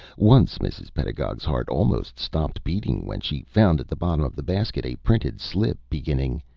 once mrs. pedagog's heart almost stopped beating when she found at the bottom of the basket a printed slip beginning,